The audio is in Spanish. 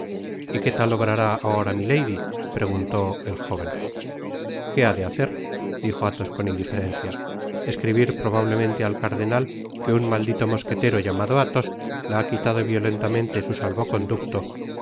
y que tal obrará ahora milady preguntó el jóven que ha de hacer dijo athos con indiferencia escribir probablemente al cardenal que un maldito mosquetero llamado athos la ha quitado violentamente su salvo-conducto